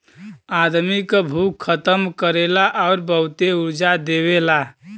आदमी क भूख खतम करेला आउर बहुते ऊर्जा देवेला